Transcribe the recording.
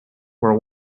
were